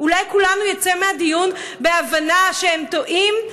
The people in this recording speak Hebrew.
אולי כולנו נצא מהדיון בהבנה שהם טועים,